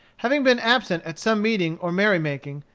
having been absent at some meeting or merry-making,